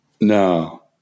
No